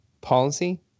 policy